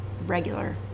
Regular